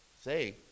say